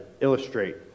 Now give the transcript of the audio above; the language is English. illustrate